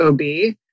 OB